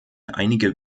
einige